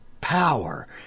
power